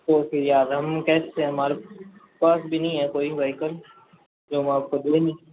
तो फिर यार हम कैसे हमारे पास भी नहीं है कोई वाईकल जो हम आप को दें